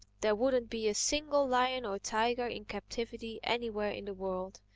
there wouldn't be a single lion or tiger in captivity anywhere in the world.